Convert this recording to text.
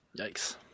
Yikes